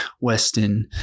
Weston